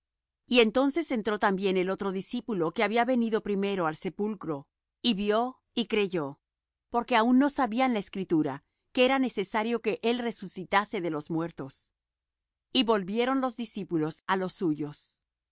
y entonces entró también el otro discípulo que había venido primero al sepulcro y vió y creyó porque aun no sabían la escritura que era necesario que él resucitase de los muertos y volvieron los discípulos á los suyos